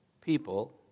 people